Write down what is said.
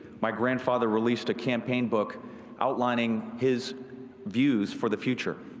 my grandfather released a campaign book outlining his views for the future.